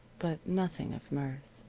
but nothing of mirth.